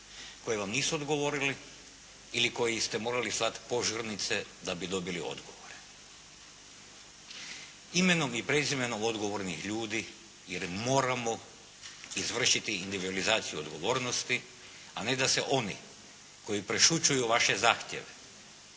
koji vam nisu odgovorili ili koji ste morali slat požurnice da bi dobili odgovore. Imenom i prezimenom odgovornih ljudi jer moramo izvršiti individualizaciju odgovornosti, a ne da se oni koji prešućuju vaše zahtjeve,